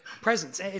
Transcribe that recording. presence